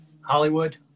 Hollywood